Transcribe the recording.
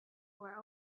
were